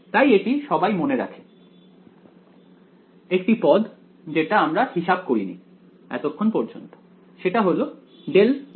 তাই এটি সবাই মনে রাখে একটি পদ যেটা আমরা হিসাব করিনি এতক্ষণ পর্যন্ত সেটা হল ∇g